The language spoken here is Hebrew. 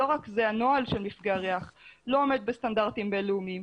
לא רק זה אלא הנוהל של מפגע הריח לא עומד בסטנדרטים בין-לאומיים.